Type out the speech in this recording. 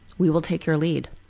we will take your lead,